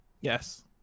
Yes